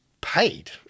paid